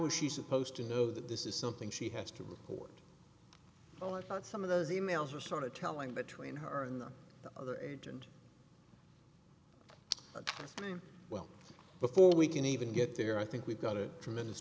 is she supposed to know that this is something she has to report oh i thought some of those e mails are sort of telling between her and the other agent but i mean well before we can even get there i think we've got a tremendous